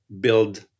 build